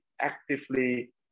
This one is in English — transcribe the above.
actively